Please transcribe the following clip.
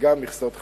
וגם מכסות חלב.